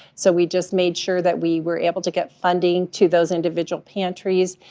so we just made sure that we were able to get funding to those individual pantries,